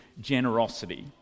generosity